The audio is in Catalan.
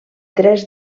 tres